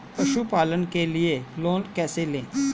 पशुपालन के लिए लोन कैसे लें?